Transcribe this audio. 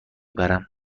برم